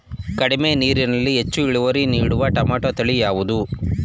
ಕಡಿಮೆ ನೀರಿನಲ್ಲಿ ಹೆಚ್ಚು ಇಳುವರಿ ನೀಡುವ ಟೊಮ್ಯಾಟೋ ತಳಿ ಯಾವುದು?